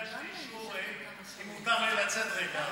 ביקשתי אישור אם מותר לי לצאת רגע.